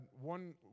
one